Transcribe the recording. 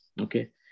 Okay